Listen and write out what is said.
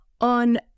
On